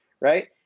right